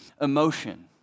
emotion